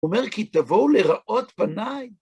היי מה שלומך? אצלי הכל בסדר וחשביתי שאולי תרצה לבוא לבקר אותי